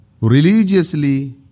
religiously